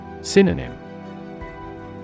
Synonym